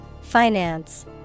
Finance